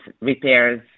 repairs